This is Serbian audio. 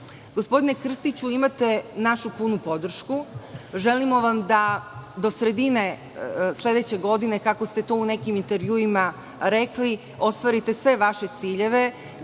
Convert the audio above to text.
ima. Gospodine Krstiću, imate našu punu podršku, želimo vam da do sredine sledeće godine, kako ste to u nekim intervjuima rekli, ostvarite sve vaše ciljeve,